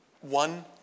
One